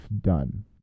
done